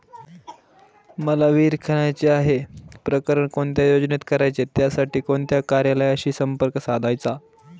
मला विहिर खणायची आहे, प्रकरण कोणत्या योजनेत करायचे त्यासाठी कोणत्या कार्यालयाशी संपर्क साधायचा?